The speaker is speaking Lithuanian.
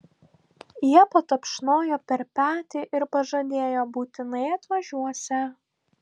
jie patapšnojo per petį ir pažadėjo būtinai atvažiuosią